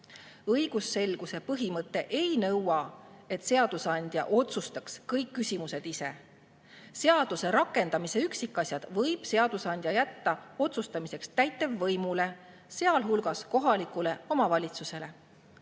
Õigusselguse põhimõte ei nõua, et seadusandja otsustaks kõik küsimused ise. Seaduse rakendamise üksikasjad võib seadusandja jätta otsustamiseks täitevvõimule, sealhulgas kohalikule omavalitsusele.